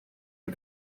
are